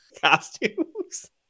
costumes